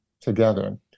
together